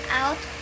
out